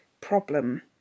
problem